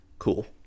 cool